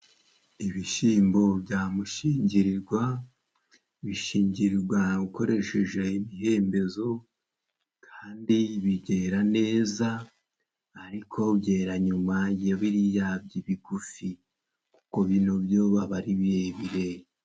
Ibishyimbo bya mushingirirwa, bishingirirwa ukoresheje imihembezo kandi byera neza ariko byera nyuma ya biriya bigufi, kuko bino byo baba ari birebire.